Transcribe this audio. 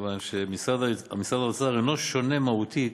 מכיוון שמשרד האוצר אינו שונה מהותית